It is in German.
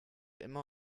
immer